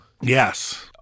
Yes